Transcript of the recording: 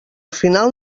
final